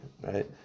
right